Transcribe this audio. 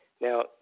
Now